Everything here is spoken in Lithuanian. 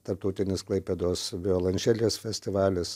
tarptautinis klaipėdos violončelės festivalis